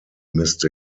missed